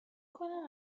کنم